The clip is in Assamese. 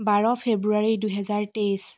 বাৰ ফেব্ৰুৱাৰী দুহেজাৰ তেইছ